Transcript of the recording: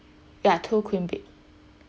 ya two queen bed